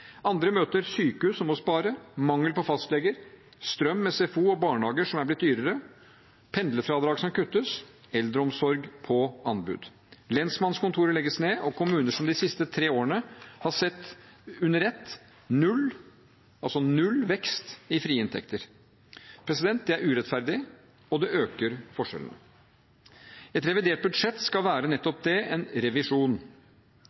Andre møter sykehus som må spare, mangel på fastleger, dyrere strøm, SFO og barnehager, pendlerfradrag som kuttes, eldreomsorg på anbud, lensmannskontorer som legges ned, og kommuner som de siste tre årene under ett har sett null vekst i frie inntekter. Det er urettferdig, og det øker forskjellene. Et revidert budsjett skal være